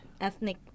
ethnic